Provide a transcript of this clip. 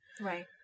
Right